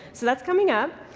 so that's coming up.